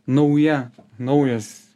nauja naujas